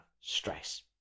stress